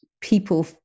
people